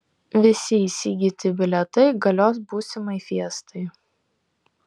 visi įsigyti bilietai galios būsimai fiestai